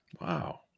Wow